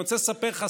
אני רוצה לספר לך,